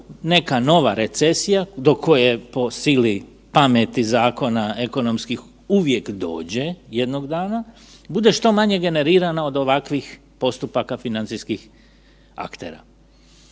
neka nova recesija, do koje, po sili pameti, zakona, ekonomskih uvijek dođe jednog dana, bude što manje generirana od ovakvih postupaka financijskih aktera.